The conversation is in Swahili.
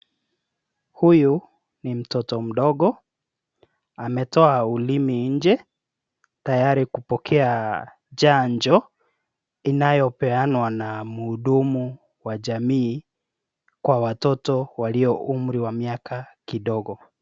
Huyu ni mtoto mdogo. Ametoa ulimi nje tayari kupokea chanjo inayopeanwa na mhudumu wa jamii kwa watoto walio umri wa miaka kidogo.